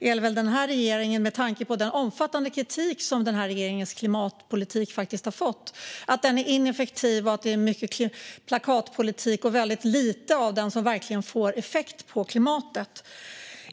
är det regeringen, med tanke på den omfattande kritik som regeringens klimatpolitik har fått - att den är ineffektiv, att det är mycket plakatpolitik och att väldigt lite av politiken får effekt på klimatet.